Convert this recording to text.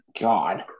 God